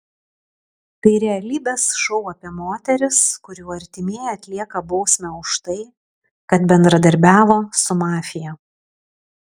tai realybės šou apie moteris kurių artimieji atlieka bausmę už tai kad bendradarbiavo su mafija